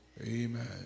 Amen